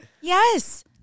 Yes